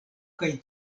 kaj